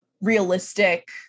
realistic